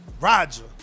Roger